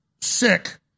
sick